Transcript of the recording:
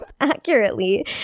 accurately